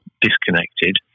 disconnected